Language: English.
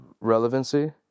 Relevancy